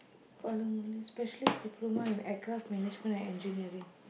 specialist diploma in aircraft management and engineering